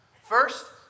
First